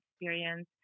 experience